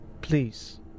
Please